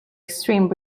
extreme